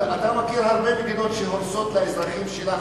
אתה מכיר הרבה מדינות שהורסות לאזרחים שלהן,